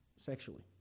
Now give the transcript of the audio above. sexually